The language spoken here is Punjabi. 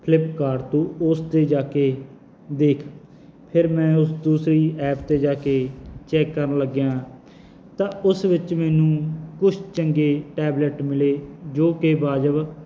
ਫਲਿੱਪ ਕਾਰਟ ਤੂੰ ਉਸ 'ਤੇ ਜਾ ਕੇ ਦੇਖ ਫਿਰ ਮੈਂ ਉਸ ਦੂਸਰੀ ਐਪ 'ਤੇ ਜਾ ਕੇ ਚੈੱਕ ਕਰਨ ਲੱਗਿਆ ਤਾਂ ਉਸ ਵਿੱਚ ਮੈਨੂੰ ਕੁਛ ਚੰਗੇ ਟੈਬਲੇਟ ਮਿਲੇ ਜੋ ਕਿ ਵਾਜਬ